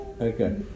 Okay